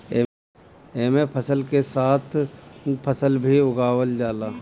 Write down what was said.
एमे फसल के साथ फल भी उगावल जाला